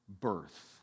birth